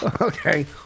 Okay